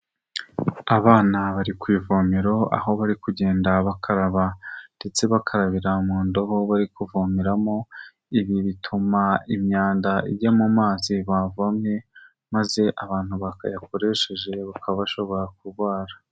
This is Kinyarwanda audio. Abana bari ku ivomero aho bari kugenda bakaraba ndetse bakarabira mu ndobo bari kuvomeramo, ibi bituma imyanda ijya mu mazi bavomye maze abantu bakayakoresheje bakaba bashobora kurwara.